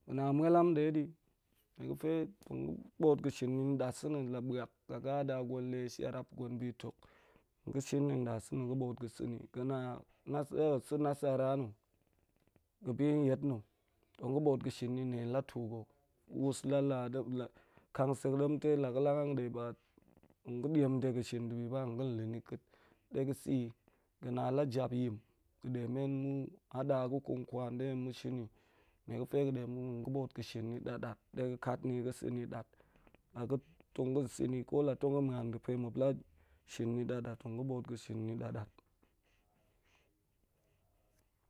Ga̱ na mualam de ɗa nie ga̱fe tong ga̱ bo̱o̱t fa̱ shim ni ɗa̱s na̱ la buak la ga̱ hada gwen le sharap, gwen bi tuk, ga̱ shin ni ɗa̱s sa̱ na̱ ga̱ bo̱o̱t pa̱ sa̱ na̱. Ga̱ na̱ sa̱ nasara na̱, ga̱ bi nyet na̱ tong ga̱ bo̱o̱t pa̱hsim ni nen la tu ga̱, wus la-la, kang sek, demtai la ga̱ lang hande tyong ga̱ diam de ga̱ shin dibi ba nga̱n le ni ka̱t ɗe ga̱ sa̱ yi. Ga̱ na la jap yim ga̱ de men ma̱ hada ga̱ konkwan ɗe ma̱ shim yi, nie ga̱fe ga̱ ɗe muk ga̱ bo̱o̱t pa̱ shin ni, dat-dat ga̱ kat niga̱ sa̱ ni dat, la ga̱ tong ga̱n sa̱ ni ko la tong ga̱n muan ɗe pe muan la shin ni ɗat-ɗa̱t tong ga̱ bo̱o̱t pe shin ni dat-dat